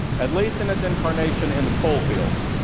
at least in its incarnation in the coalfields,